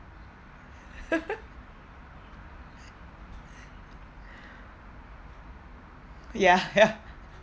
ya ya